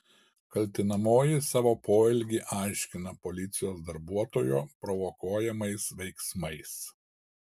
kaltinamoji savo poelgį aiškina policijos darbuotojo provokuojamais veiksmais